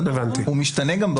הוא גם משתנה.